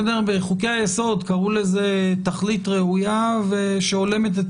בחוקי היסוד קראו לזה "תכלית ראויה שהולמת את